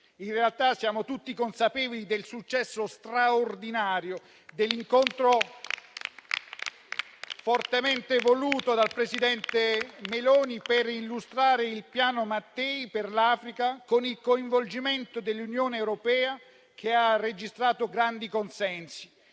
in realtà, siamo tutti consapevoli del successo straordinario dell'incontro, fortemente voluto dal presidente Meloni per illustrare il Piano Mattei per l'Africa, con il coinvolgimento dell'Unione europea, che ha registrato grandi consensi.